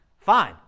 fine